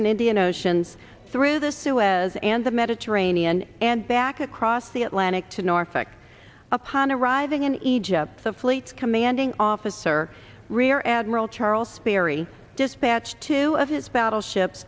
and indian oceans through the suez and the mediterranean and back across the atlantic to norfolk upon arriving in egypt the fleets commanding officer rear admiral charles berry dispatched two of its battleship